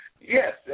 yes